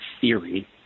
theory